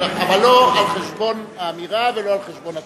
אבל לא על חשבון האמירה ולא על חשבון התוכן.